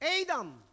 Adam